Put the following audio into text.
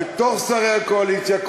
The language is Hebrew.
בין שרי הקואליציה,